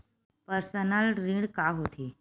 Personal ऋण का होथे?